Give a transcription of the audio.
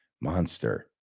monster